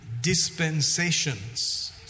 dispensations